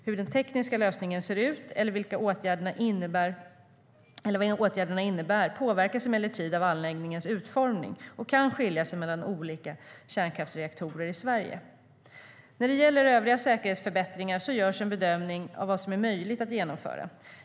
Hur den tekniska lösningen ser ut eller vad åtgärderna innebär påverkas emellertid av anläggningens utformning och kan skilja mellan olika kärnkraftsreaktorer i Sverige. När det gäller övriga säkerhetsförbättringar görs en bedömning av vad som är möjligt att genomföra.